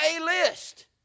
A-list